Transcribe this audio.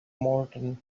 morton